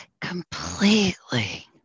completely